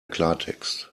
klartext